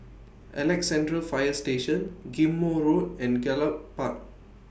Alexandra Fire Station Ghim Moh Road and Gallop Park